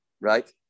right